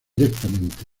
directamente